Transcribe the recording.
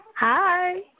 Hi